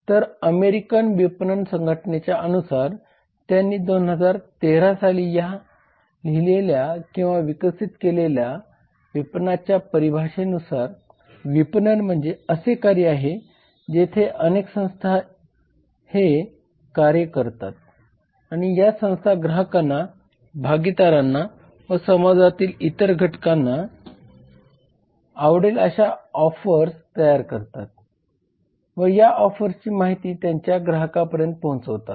तर अमेरिकन विपणन संघटनेच्या अनुसार त्यांनी 2013 या साली लिहिलेल्या किंवा विकसित केलेल्या विपणनाच्या परिभाषेनुसार विपणन म्हणजे असे कार्य आहे जेथे अनेक संस्था हे कार्य करतात आणि या संस्था ग्राहकांना भागीदारांना व समाजातील इतर घकांना आवडेल अशा ऑफर्स तयार करतात व या ऑफर्सची माहिती त्यांच्या ग्राहकांपर्यंत पोहचवतात